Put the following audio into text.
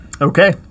okay